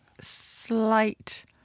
slight